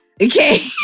Okay